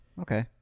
Okay